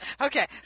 okay